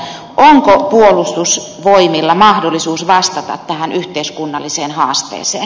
on ko puolustusvoimilla mahdollisuus vastata tähän yhteiskunnalliseen haasteeseen